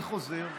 אז אני חוזר.